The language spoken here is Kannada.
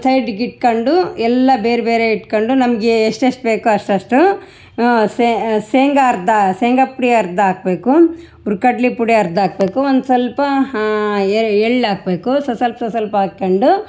ಒಂದು ಸೈಡಿಗೆ ಇಟ್ಕೊಂಡು ಎಲ್ಲ ಬೇರೆಬೇರೆ ಇಟ್ಕೊಂಡು ನಮಗೆ ಎಷ್ಟೆಷ್ಟು ಬೇಕೋ ಅಷ್ಟಷ್ಟು ಶೇಂಗಾ ಅರ್ಧ ಶೇಂಗಾ ಪುಡಿ ಅರ್ಧ ಹಾಕ್ಬೇಕು ಹುರ್ಗಡ್ಲೆ ಪುಡಿ ಅರ್ಧ ಹಾಕ್ಬೇಕು ಒಂದು ಸ್ವಲ್ಪ ಎಳ್ಳು ಹಾಕ್ಬೇಕು ಸೊಸ್ವಲ್ಪ್ ಸೊಸ್ವಲ್ಪ್ ಹಾಕ್ಕೊಂಡು